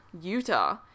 Utah